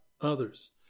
others